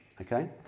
Okay